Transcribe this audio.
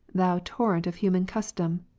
thou torrent of human custom!